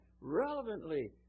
relevantly